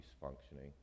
functioning